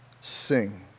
sing